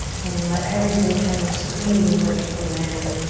and then let everything kind of squeeze and lift from there.